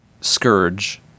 scourge